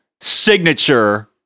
signature